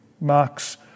marks